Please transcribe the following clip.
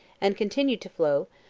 and continued to flow,